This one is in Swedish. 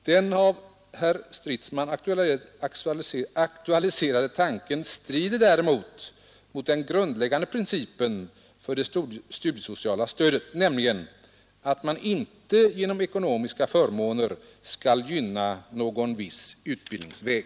Den av herr Stridsman aktualiserade tanken strider däremot mot den grundläggande principen för det studiesociala stödet, nämligen att man inte genom ekonomiska förmåner skall gynna någon viss utbildningsväg.